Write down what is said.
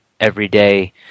everyday